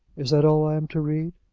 is that all i'm to read?